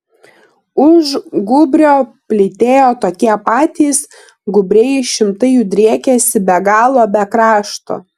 už gūbrio plytėjo tokie patys gūbriai šimtai jų driekėsi be galo be krašto